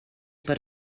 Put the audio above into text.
per